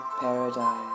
paradise